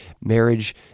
marriage